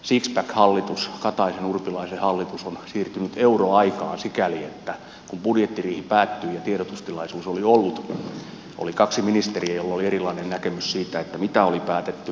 sixpack hallitus kataisenurpilaisen hallitus on siirtynyt euroaikaan sikäli että kun budjettiriihi päättyi ja tiedotustilaisuus oli ollut oli kaksi ministeriä joilla oli erilainen näkemys siitä mitä oli päätetty